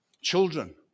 Children